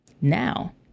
now